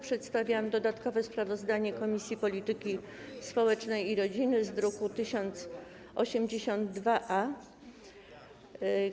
Przedstawiam dodatkowe sprawozdanie Komisji Polityki Społecznej i Rodziny, druk nr 1082-A.